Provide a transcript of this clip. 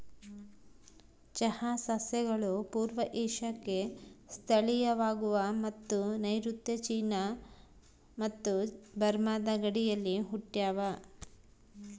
ಚಹಾ ಸಸ್ಯಗಳು ಪೂರ್ವ ಏಷ್ಯಾಕ್ಕೆ ಸ್ಥಳೀಯವಾಗವ ಮತ್ತು ನೈಋತ್ಯ ಚೀನಾ ಮತ್ತು ಬರ್ಮಾದ ಗಡಿಯಲ್ಲಿ ಹುಟ್ಟ್ಯಾವ